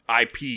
ip